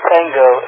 Tango